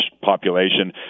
population